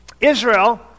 Israel